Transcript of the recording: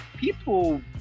people